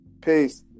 Peace